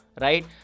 right